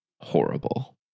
horrible